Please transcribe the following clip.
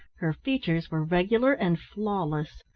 her features were regular and flawless.